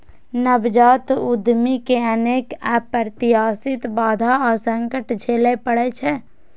नवजात उद्यमी कें अनेक अप्रत्याशित बाधा आ संकट झेलय पड़ै छै